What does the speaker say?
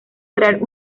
crear